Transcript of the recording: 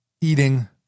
eating